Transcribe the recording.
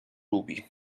lubi